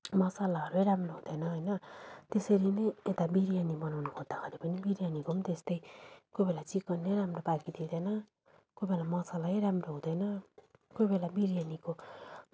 मसलाहरू नै राम्रो हुँदैन होइन त्यसरी नै यता बिर्यानी बनाउनु खोद्दाखेरि पनि बिर्यानीको पनि त्यस्तै कोही बेला चिकनै राम्रो पाकिदिँदैन कोही बेला मसालै राम्रो हँदैन कोही बेला बिर्यानीको